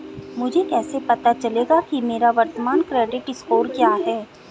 मुझे कैसे पता चलेगा कि मेरा वर्तमान क्रेडिट स्कोर क्या है?